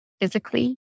physically